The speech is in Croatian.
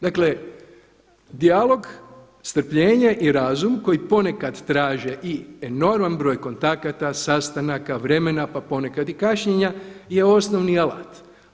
Dakle dijalog, strpljenje i razum koji ponekad traže i enorman broj kontakata, sastanaka, vremena pa ponekad i kašnjenja je osnovni alat.